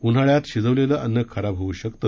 उन्हाळ्यात शिजवलेलं अन्न खराब होऊ शकतं